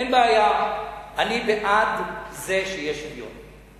אין בעיה, אני בעד זה שיהיה שוויון.